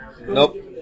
Nope